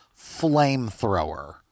flamethrower